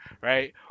right